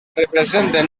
representen